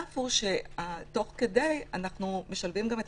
תוך כדי אנחנו משלבים גם את